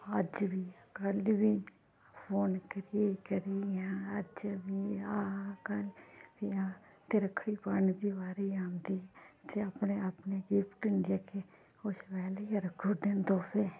अज्ज बी कल बी फोन करी करियै अज्ज में आं कल बी आं ते रक्खड़ी पुआने दी बारी आंदी ते अपने अपने गिफ्ट न जेह्के ओह् छपैलियै रक्खु उड़दे न दोवें